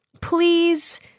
Please